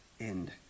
end